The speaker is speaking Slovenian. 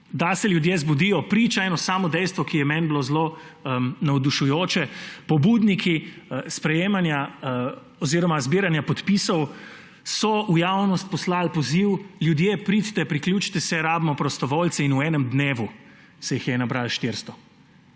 da se ljudje zbudijo, priča eno samo dejstvo, ki je meni bilo zelo navdušujoče. Pobudniki sprejemanja oziroma zbiranja podpisov so v javnost poslali poziv: ljudje pridite, priključite se, rabimo prostovoljce. In v enem dnevu se jih je nabralo 400.